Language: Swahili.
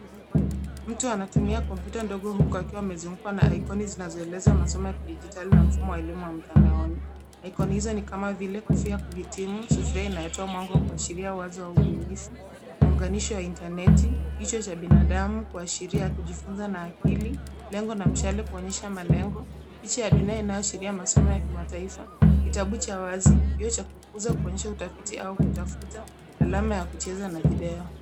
Mtu anatumia kompyuta ndogo huku akiwa amezungukwa na ikoni zinazoeleza masomo ya kidigitali na mfumo wa elimu ya mtandaoni. Ikoni hizo ni kama vile kofia ya kuhitimu, sufuria inayotoa mwango kuashiria uwazo au ubunifu, muunganisho wa intaneti, kichwa cha binadamu kuashiria ya kujifunza na akili, lengo la mchele kuonyesha malengo, picha ya dunia inachoashiria masomo ya kimataifa, kitabu cha wazi, kioo cha kukuza kuonyesha utafiti au kutafuta alama ya kucheza na video.